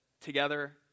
together